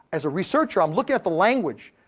as a researcher, i'm looking at the language,